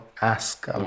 ask